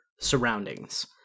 surroundings